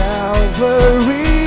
Calvary